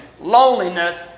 loneliness